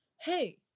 hey